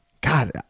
God